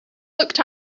looked